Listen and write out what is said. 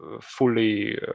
fully